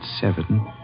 seven